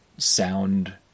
sound